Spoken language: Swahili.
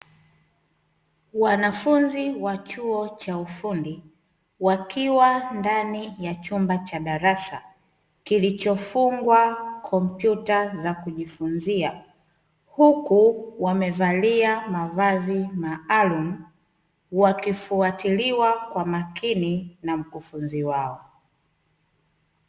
Wanafunzi wa chuo cha ufundi wakiwa ndani ya chumba cha darasa kilichofungwa kompyuta za kujifunzia huku wamevalia mavazi maalum wakifuatiliwa kwa makini na mkufunzi wao.